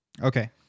Okay